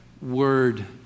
word